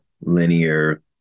linear